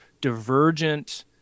divergent